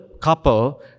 couple